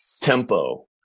tempo